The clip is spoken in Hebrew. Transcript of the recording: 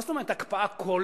מה זאת אומרת הקפאה כוללת?